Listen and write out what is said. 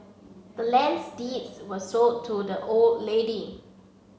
the land's deeds was sold to the old lady